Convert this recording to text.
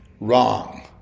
Wrong